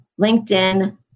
LinkedIn